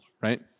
right